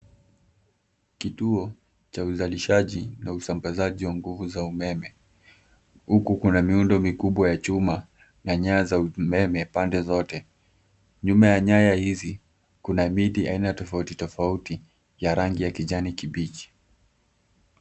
Kituo cha uzalishaji na usambazaji wa nguvu za umeme huku kuna miundo mikubwa ya chuma na nyaya za umeme pande zote. Nyuma ya nyaya hizi kuna miti aina tofauti tofauti ya rangi ya kijani kibichi.